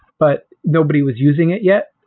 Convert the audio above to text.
but nobody was using it yet.